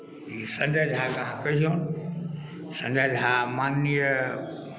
ई संजय झाकेँ अहाँ कहियौन संजय झा माननीय